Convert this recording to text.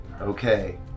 Okay